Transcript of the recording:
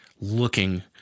looking